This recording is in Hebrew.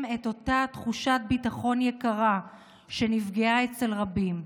את אותה תחושת ביטחון יקרה שנפגעה אצל רבים.